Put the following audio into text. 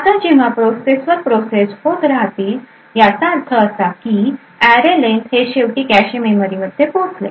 आता जेव्हा प्रोसेस वर प्रोसेस होतं राहतील याचा अर्थ असा की array len हे शेवटी कॅशे मेमरी मध्ये पोहोचले